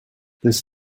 this